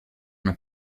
una